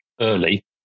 early